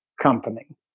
company